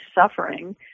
suffering